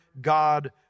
God